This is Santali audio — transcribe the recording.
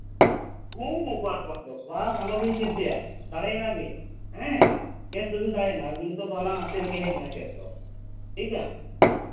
ᱦᱮᱸ ᱦᱮᱸ ᱵᱟᱥ ᱵᱟᱥ ᱵᱟᱥ ᱟᱞᱚᱵᱤᱱ ᱪᱤᱱᱛᱟᱹᱭᱟ ᱫᱟᱲᱮᱭᱱᱟᱵᱤᱱ ᱦᱮᱸ ᱠᱮᱹᱥ ᱫᱚᱵᱤᱱ ᱫᱟᱲᱮᱭᱮᱱᱟ ᱟᱹᱵᱤᱱ ᱱᱤᱛᱚᱜ ᱫᱚ ᱟᱞᱟᱝ ᱟᱜ ᱛᱤ ᱨᱮᱜᱮ ᱦᱮᱡ ᱮᱱᱟ ᱠᱮᱹᱥ ᱫᱚ ᱴᱷᱤᱠᱟ